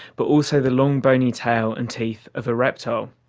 but also the long bony tail and teeth of a reptile.